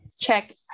check